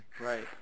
Right